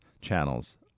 channels